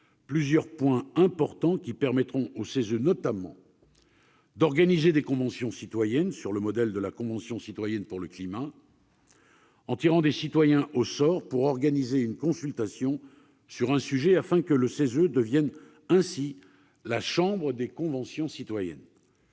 Il s'agira, notamment, de permettre au CESE d'organiser des conventions citoyennes, sur le modèle de la Convention citoyenne pour le climat, en tirant des citoyens au sort pour organiser une consultation sur un sujet, afin que cet organe devienne la chambre des conventions citoyennes,